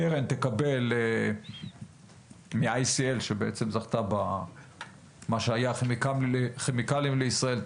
הקרן תקבל מ- ICL שמה שהיה כימיקלים לישראל,